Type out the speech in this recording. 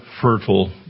fertile